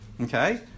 Okay